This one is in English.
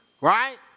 right